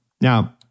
Now